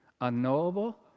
unknowable